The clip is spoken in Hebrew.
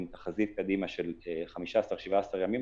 עם תחזית קדימה של 17-15 ימים,